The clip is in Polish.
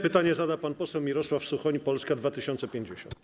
Pytanie zada pan poseł Mirosław Suchoń, Polska 2050.